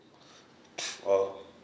orh